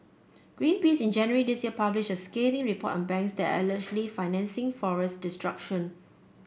Greenpeace in January this year published a scathing report on banks that are allegedly financing forest destruction